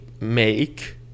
make